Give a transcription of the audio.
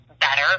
better